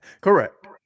Correct